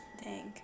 Thank